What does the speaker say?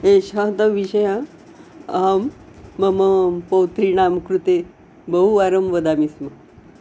एषः तु विषयः अहं मम पौत्रीणां कृते बहुवारं वदामि स्म